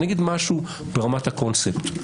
אני אומר משהו ברמת הקונספט.